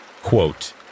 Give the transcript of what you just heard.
quote